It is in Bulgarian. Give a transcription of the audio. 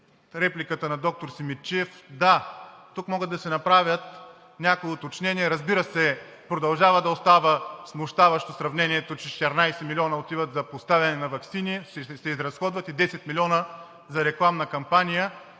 репликата на доктор Симидчиев, да, тук могат да се направят някои уточнения. Разбира се, продължава да остава смущаващо сравнението, че 14 млн. лв. ще отиват за поставяне на ваксини, ще се разходват и 10 млн. лв. за рекламна кампания.